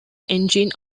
engine